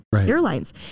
Airlines